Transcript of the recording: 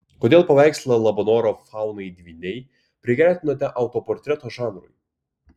kodėl paveikslą labanoro faunai dvyniai prigretinote autoportreto žanrui